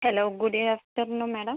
hello good afternoon madam